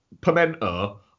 Pimento